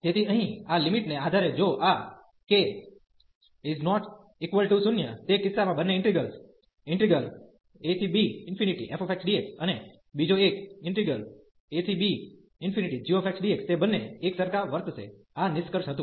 તેથી અહીં આ લિમિટ ને આધારે જો આ k≠0 તે કિસ્સામાં બંને ઇન્ટિગ્રેલ્સ ઈન્ટિગ્રલ abfxdx અને બીજો એક abgxdx તે બંને એકસરખા વર્તશે આ નિષ્કર્ષ હતું